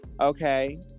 okay